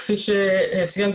כפי ציינת,